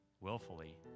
willfully